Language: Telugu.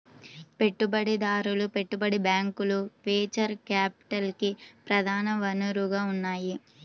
పెట్టుబడిదారులు, పెట్టుబడి బ్యాంకులు వెంచర్ క్యాపిటల్కి ప్రధాన వనరుగా ఉన్నాయి